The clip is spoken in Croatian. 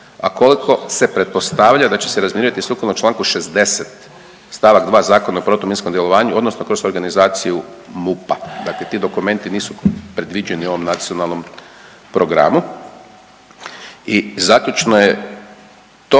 a koliko se pretpostavlja da će se razminirati sukladno Članku 60. stavak 2. Zakona o protuminskom djelovanju odnosno kroz organizaciju MUP-a. Dakle, ti dokumenti nisu predviđeni u ovom nacionalnom programu. I zaključno je to